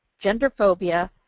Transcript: genderphobia,